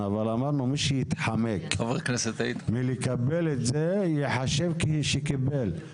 אמרנו מי שמתחמק מלקבל את זה, ייחשב כמי שקיבל.